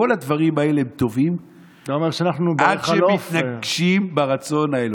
כל הדברים האלה הם טובים עד שהם מתנגשים ברצון האלוקי.